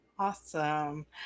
Awesome